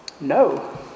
No